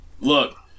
look